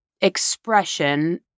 expression